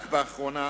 רק לאחרונה